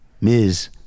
Ms